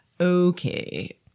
okay